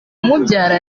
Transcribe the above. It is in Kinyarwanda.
umubyara